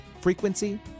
frequency